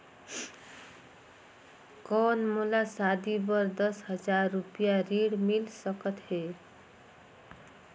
कौन मोला शादी बर दस हजार रुपिया ऋण मिल सकत है?